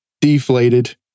deflated